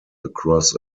across